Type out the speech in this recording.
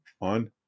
on